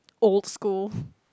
old school